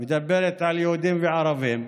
ההצעה שלי מדברת על יהודים וערבים,